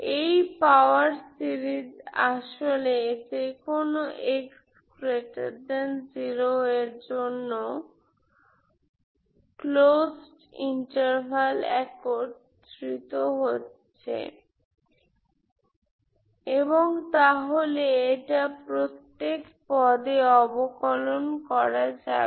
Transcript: এই power series আসলে যেকোনো x0 এর জন্য ক্লোজড ইন্টারভাল একত্রিত হচ্ছে এবং তাহলে এটা প্রত্যেক পদে অবকলন করা যাবে